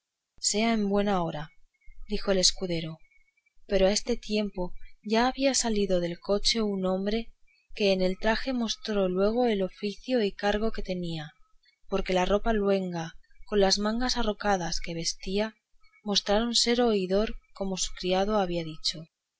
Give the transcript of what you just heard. sea en buen hora dijo el escudero pero a este tiempo ya había salido del coche un hombre que en el traje mostró luego el oficio y cargo que tenía porque la ropa luenga con las mangas arrocadas que vestía mostraron ser oidor como su criado había dicho